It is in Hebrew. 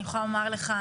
אני יכולה לומר לך,